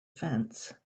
fence